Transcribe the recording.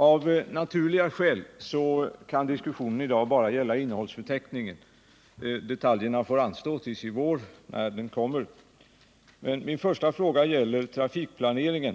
Av naturliga skäl kan diskussionen bara gälla innehållsförteckningen. Detaljerna får anstå tills i vår när propositionen kommer. Min första fråga gäller trafikplaneringen.